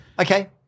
Okay